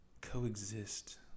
coexist